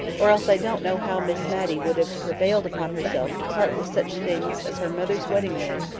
or else i don't know how miss matty would have prevailed upon herself to part with such things as her mother's wedding-ring,